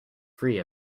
free